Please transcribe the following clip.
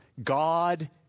God